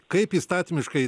kaip įstatymiškai